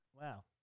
Wow